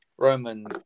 Roman